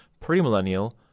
premillennial